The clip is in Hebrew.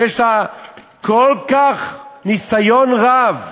שיש לה ניסיון כל כך רב,